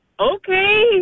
okay